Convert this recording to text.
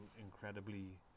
incredibly